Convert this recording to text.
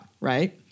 right